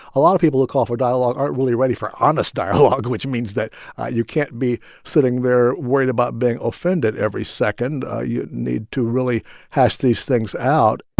a lot of people who call for dialogue aren't really ready for honest dialogue, which means that you can't be sitting there worried about being offended every second. ah you need to really hash these things out